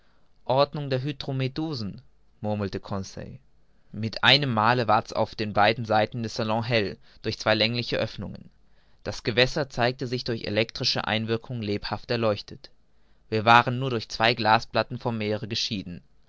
ordnung der hydromedusen murmelte conseil mit einem male ward's auf beiden seiten des salons hell durch zwei längliche oeffnungen das gewässer zeigte sich durch elektrische einwirkung lebhaft erleuchtet wir waren nur durch zwei glasplatten vom meere geschieden